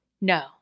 No